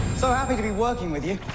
so happy to be working with you